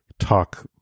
talk